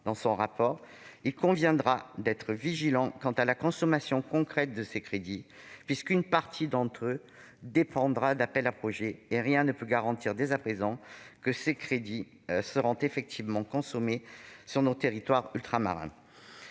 dans son rapport pour avis, il conviendra « d'être vigilants quant à la consommation concrète de ces crédits, puisqu'une partie d'entre eux dépendra d'appels à projets et rien ne peut garantir dès à présent que ces crédits seront effectivement consommés dans nos territoires ultramarins